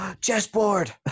chessboard